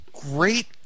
great